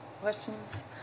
questions